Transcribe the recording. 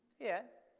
yeah.